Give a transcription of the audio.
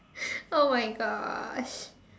oh my gosh